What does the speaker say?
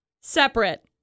separate